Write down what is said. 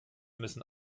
müssen